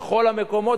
בכל המקומות,